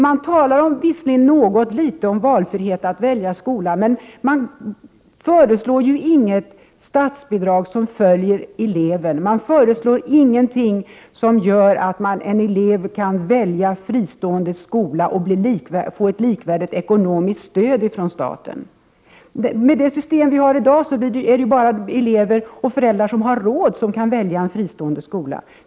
Man talar visserligen något litet om frihet att välja skola men föreslår inget statsbidrag som följer eleven. Man föreslår alltså ingenting som gör att en elev kan välja fristående skola och få ett likvärdigt ekonomiskt stöd från staten. Med det system vi har i dag är det ju bara sådana elever och föräldrar som har råd som kan välja en fristående skola.